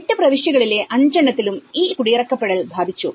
8 പ്രവിശ്യകളിലെ 5 എണ്ണത്തിലും ഈ കുടിയിറക്കപ്പെടൽ ബാധിച്ചു